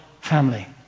family